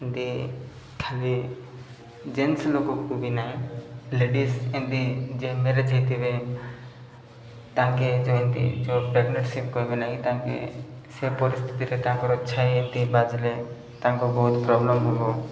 ଏମ୍ତି ଖାଲି ଜେନ୍ଟସ୍ ଲୋକକୁ ବି ନାହିଁ ଲେଡ଼ିସ୍ ଏମ୍ତି ଯେ ମ୍ୟାରେଜ୍ ହେଇଥିବେ ତାଙ୍କେ ଯୋ ଏମିତି ଯେଉଁ ପ୍ରେଗ୍ନେସି କହିବେ ନାହିଁ ତାଙ୍କେ ସେ ପରିସ୍ଥିତିରେ ତାଙ୍କର ଛାଇ ଏମିତି ବାଜିଲେ ତାଙ୍କୁ ବହୁତ ପ୍ରୋବ୍ଲେମ୍ ହବ